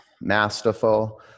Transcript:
masterful